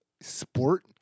sport